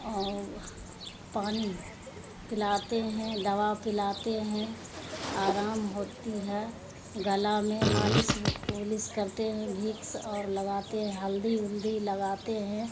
اور پانی پلاتے ہیں دوا پلاتے ہیں آرام ہوتی ہے گلا میں مالش اولس کرتے ہیں ویکس اور لگاتے ہیں ہلدی اولدی لگاتے ہیں